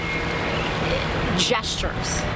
gestures